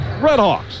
Redhawks